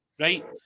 right